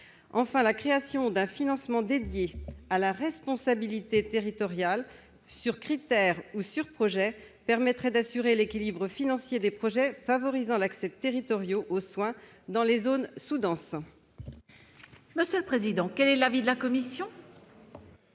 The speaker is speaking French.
Enfin, la création d'un financement dédié à la responsabilité territoriale sur critères ou sur projet permettrait d'assurer l'équilibre financier des projets favorisant l'accès territorial aux soins dans les zones sous-denses. Quel est l'avis de la commission ?